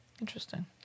interesting